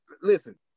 Listen